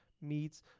meats